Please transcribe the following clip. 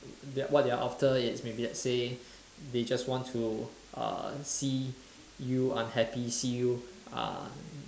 they what they are after is maybe let's say they just want to uh see you unhappy see you uh